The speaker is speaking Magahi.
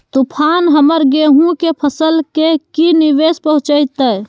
तूफान हमर गेंहू के फसल के की निवेस पहुचैताय?